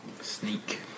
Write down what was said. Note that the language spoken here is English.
sneak